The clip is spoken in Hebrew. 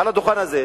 מעל הדוכן הזה,